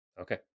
Okay